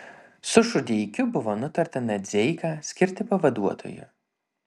su šudeikiu buvo sutarta nadzeiką skirti pavaduotoju